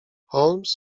holmes